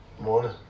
Morning